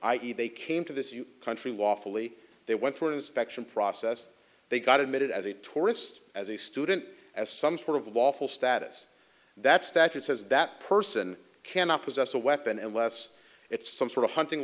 e they came to this you country wofully they went through an inspection process they got admitted as a tourist as a student as some sort of lawful status that statute says that person cannot possess a weapon and less it's some sort of hunting